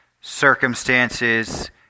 circumstances